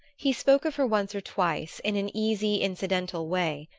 he spoke of her once or twice, in an easy incidental way,